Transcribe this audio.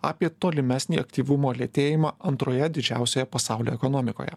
apie tolimesnį aktyvumo lėtėjimą antroje didžiausioje pasaulio ekonomikoje